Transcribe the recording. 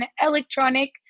electronic